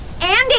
Andy